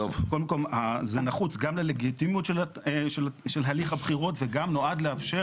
קודם כל זה נחוץ גם ללגיטימיות של הליך הבחירות וגם נועד לאפשר